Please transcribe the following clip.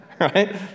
Right